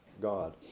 God